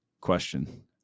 question